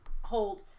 hold